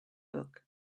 book